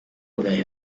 they